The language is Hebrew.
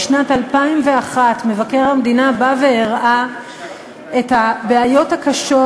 בשנת 2001. מבקר המדינה בא והראה את הבעיות הקשות